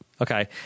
Okay